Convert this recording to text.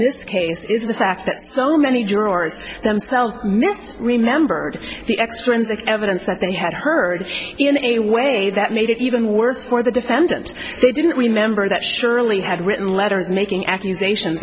this case is the fact that so many jurors themselves miss remembered the extrinsic evidence that they had heard in a way that made it even worse for the defendant they didn't remember that surely had written letters making accusation